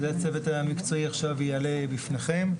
את זה הצוות המקצועי יעלה עכשיו בפניכם.